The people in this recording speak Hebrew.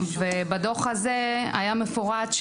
בדוח הזה היה מפורט,